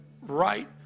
right